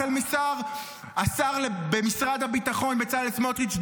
החל מהשר במשרד הביטחון בצלאל סמוטריץ',